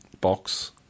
box